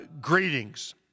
greetings